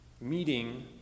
meeting